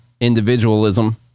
individualism